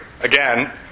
again